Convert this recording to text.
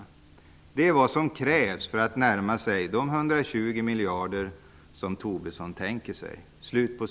Det är vad som krävs för att närma sig de 120 miljarder han tänker sig.''